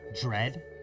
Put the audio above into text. dread